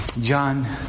John